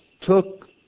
took